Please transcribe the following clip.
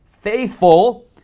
Faithful